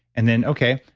and then, okay,